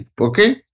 Okay